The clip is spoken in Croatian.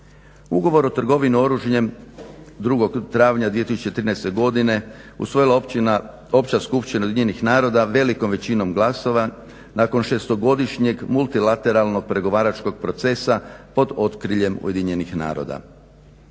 Ugovor o trgovini oružjem 2. travnja 2013. godine usvojila je Opća skupština UN-a velikom većinom glasova nakon 6-godišnjeg multilateralnog pregovaračkog procesa pod okriljem UN-a.